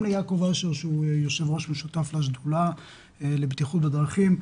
לח"כ יעקב אשר שהוא יו"ר משותף לשדולה לבטיחות בדרכים,